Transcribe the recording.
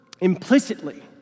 Implicitly